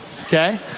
okay